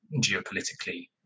geopolitically